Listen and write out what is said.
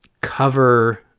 cover